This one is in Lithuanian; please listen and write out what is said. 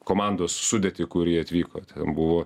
komandos sudėtį kurį atvyko ten buvo